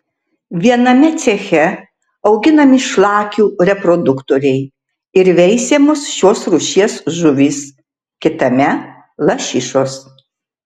viename ceche auginami šlakių reproduktoriai ir veisiamos šios rūšies žuvys kitame lašišos